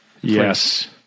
Yes